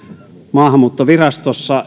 maahanmuuttovirastossa